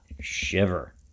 shiver